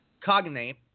Cognate